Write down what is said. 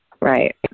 Right